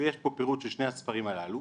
ויש פה פירוט של שני הספרים הללו.